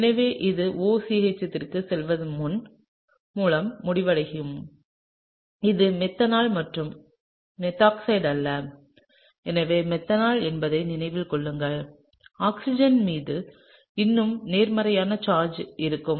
எனவே இது OCH3 க்குச் செல்வதன் மூலம் முடிவடையும் இது மெத்தனால் மற்றும் மெத்தாக்ஸைடு அல்ல எனவே மெத்தனால் என்பதை நினைவில் கொள்ளுங்கள் ஆக்சிஜன் மீது இன்னும் நேர்மறையான சார்ஜ் இருக்கும்